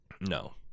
No